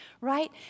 right